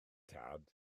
tad